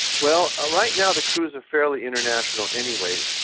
well, ah right now the crews are fairly international anyway,